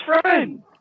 friend